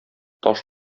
таш